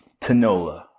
Tanola